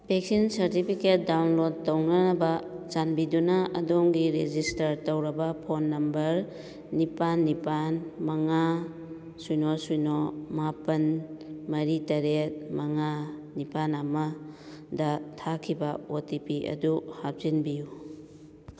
vaccine certificate download ꯇꯧꯅꯅꯕ ꯆꯥꯟꯕꯤꯗꯨꯅꯕ ꯑꯗꯣꯝꯒꯤ ꯔꯦꯖꯤꯁꯇꯔ ꯇꯧꯔꯕ ꯐꯣꯟ ꯅꯝꯕꯔ ꯅꯤꯄꯥꯜ ꯅꯤꯄꯥꯜ ꯃꯉꯥ ꯁꯨꯏꯅꯣ ꯁꯤꯅꯣ ꯃꯥꯄꯜ ꯃꯔꯤ ꯇꯔꯦꯠ ꯃꯉꯥ ꯅꯤꯄꯥꯜ ꯑꯃꯗ ꯊꯥꯈꯤꯕ ꯑꯣ ꯇꯤ ꯄꯤ ꯑꯗꯨ ꯍꯥꯞꯆꯤꯟꯕꯤꯌꯨ